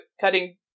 cutting